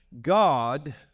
god